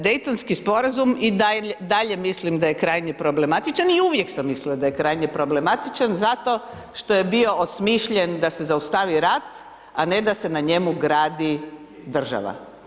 Dejtonski sporazum i dalje mislim da je krajnje problematičan i uvijek sam mislila da je krajnje problematičan zato što je bio osmišljen da se zaustavi rat, a ne da se na njemu gradi država.